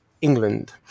England